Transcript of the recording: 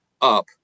up